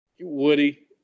Woody